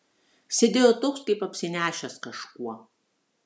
sėdėjo toks kaip apsinešęs kažkuo